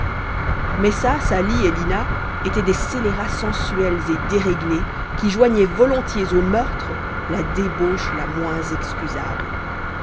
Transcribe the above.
messa sali et lina étaient des scélérats sensuels et déréglés qui joignaient volontiers au meurtre la débauche la moins excusable